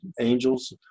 angels